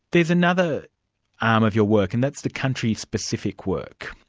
there's another arm of your work and that's the country-specific work.